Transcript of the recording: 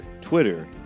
Twitter